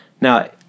Now